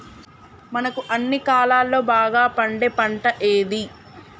మనకు అన్ని కాలాల్లో బాగా పండే పంట ఏది?